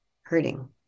hurting